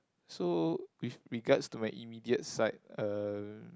so with regards to my immediate side uh